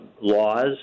laws